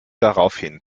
daraufhin